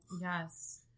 Yes